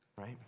right